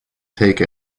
take